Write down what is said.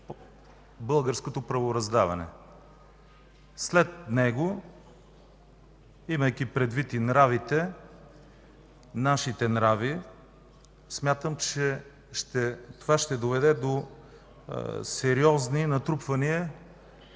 българското правораздаване. След него, имайки предвид нашите нрави, това ще доведе до сериозни натрупвания